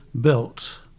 built